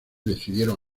decidieron